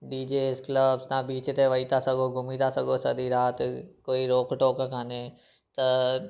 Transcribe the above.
D J club तव्हां beach ते वेई था सघो घुमीं था सघो सॼी राति कोई रोक टोक काने त